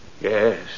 Yes